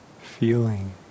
feeling